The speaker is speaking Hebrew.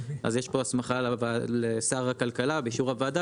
אז יש פה הסמכה לשר הכלכלה באישור הוועדה,